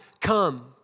come